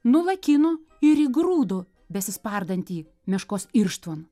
nulakino ir įgrūdo besispardantį meškos irštvon